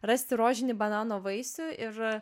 rasti rožinį banano vaisių ir